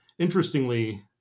Interestingly